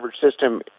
system